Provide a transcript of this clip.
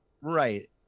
Right